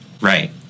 Right